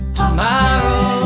tomorrow